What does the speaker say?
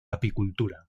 apicultura